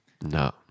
No